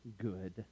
good